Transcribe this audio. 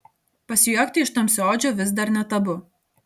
pasijuokti iš tamsiaodžio vis dar ne tabu